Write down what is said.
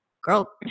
Girl